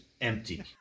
empty